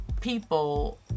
people